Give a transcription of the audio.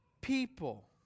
people